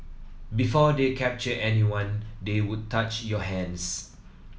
before they captured anyone they would touch your hands